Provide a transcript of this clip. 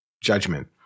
judgment